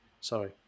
sorry